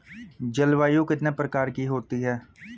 जलवायु कितने प्रकार की होती हैं?